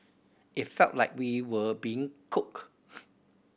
it felt like we were being cooked